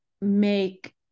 make